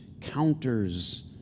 counters